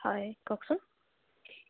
হয় কওকচোন